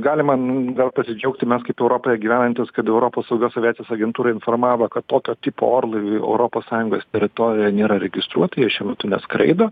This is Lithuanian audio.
galima nu gal pasidžiaugti mes kaip europoje gyvenantys kad europos saugios aviacijos agentūra informavo kad tokio tipo orlaiviui europos sąjungos teritorijoj nėra registruota jie šiuo metu neskraido